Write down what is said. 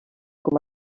com